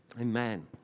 Amen